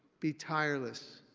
be tireless.